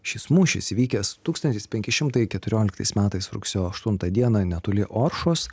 šis mūšis įvykęs tūkstantis penki šimtai keturioliktais metais rugsėjo aštuntą dieną netoli oršos